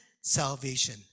salvation